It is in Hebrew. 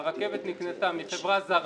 והרכבת נקנתה מחברה זרה,